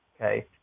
okay